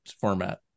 format